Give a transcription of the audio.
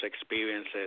experiences